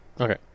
okay